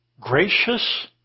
Gracious